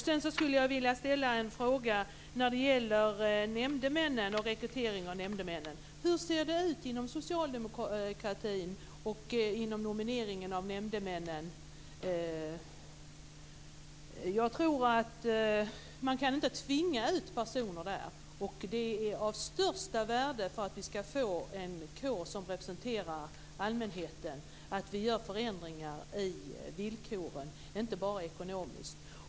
Sedan skulle jag vilja ställa en fråga om rekryteringen av nämndemän. Hur ser det ut inom socialdemokratin när det gäller nomineringen av nämndemän? Jag tror inte att man kan tvinga ut personer. Det är av största värde för att vi ska få en kår som representerar allmänheten att vi gör förändringar i villkoren, och inte bara ekonomiskt.